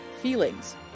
feelings